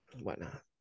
whatnot